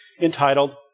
entitled